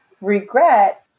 regret